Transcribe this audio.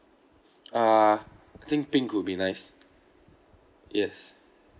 uh I think pink would be nice yes